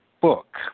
Book